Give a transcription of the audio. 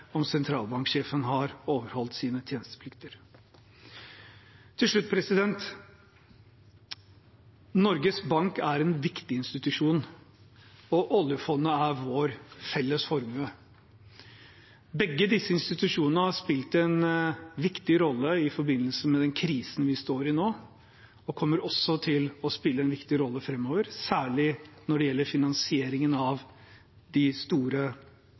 om sentralbanksjefen har overholdt sine tjenesteplikter. Til slutt: Norges Bank er en viktig institusjon, og oljefondet er vår felles formue. Begge disse institusjonene har spilt en viktig rolle i forbindelse med den krisen vi står i nå, og kommer også til å spille en viktig rolle framover, særlig når det gjelder finansieringen av de store